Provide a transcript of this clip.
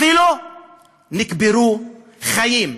אפילו נקברו חיים?